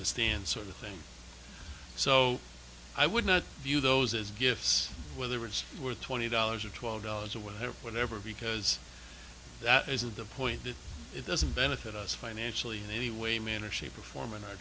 stands sort of thing so i would not view those as gifts whether it's worth twenty dollars or twelve dollars or whatever whatever because that is of the point that it doesn't benefit us financially in any way manner shape or form and our